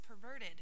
perverted